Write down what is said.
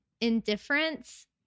indifference